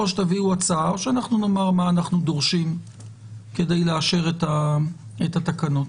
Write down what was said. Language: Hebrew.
או שתביאו הצעה או שאנחנו נאמר מה אנחנו דורשים כדי לאשר את התקנות.